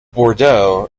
bordeaux